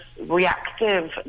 reactive